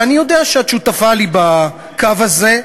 ואני יודע שאת שותפה לי בקו הזה,